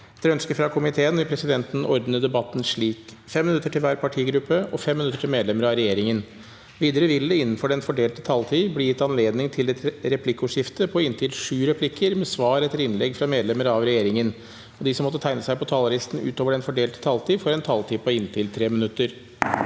ønske fra finanskomi- teen vil presidenten ordne debatten slik: 3 minutter til hver partigruppe og 3 minutter til medlemmer av regjeringen. Videre vil det – innenfor den fordelte taletid – bli gitt anledning til replikker med svar etter innlegg fra medlemmer av regjeringen, og de som måtte tegne seg på talerlisten utover den fordelte taletid, får også en taletid på inntil 3 minutter.